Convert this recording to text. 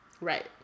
Right